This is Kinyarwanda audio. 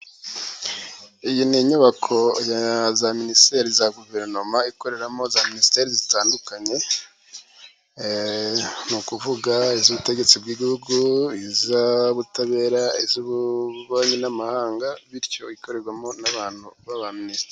Iyi ni inyubako za minisiteri za Guverinoma ikoreramo za minisiteri zitandukanye, ni ukuvuga iz'ubutegetsi bw'igihugu, iz'ubutabera, iz'ubububanyi n'amahanga, bityo ikorerwamo n'abantu b'abaminisitiri.